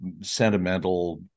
sentimental